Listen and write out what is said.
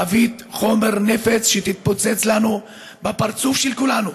חבית חומר נפץ תתפוצץ לנו בפרצוף של כולנו.